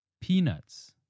Peanuts